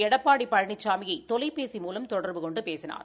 எடப்பாடி பழனிசாமியை தொலைபேசி மூலம் தொடர்பு கொண்டு பேசினார்